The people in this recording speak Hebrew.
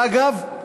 ואגב,